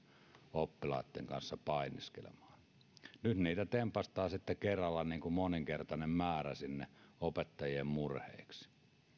oppilaitten kanssa painiskelemaan nyt niitä tempaistaan sitten kerralla moninkertainen määrä sinne opettajien murheiksi